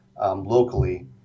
locally